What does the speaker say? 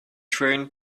train